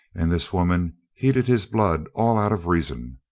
and this woman heated his blood all out of reason.